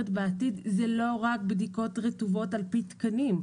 בעתיד זה לא רק בדיקות רטובות על פי תקנים.